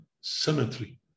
cemetery